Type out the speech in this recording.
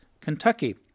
Kentucky